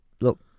Look